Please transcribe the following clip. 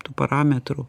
tų parametrų